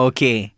Okay